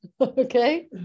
Okay